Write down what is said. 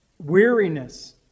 weariness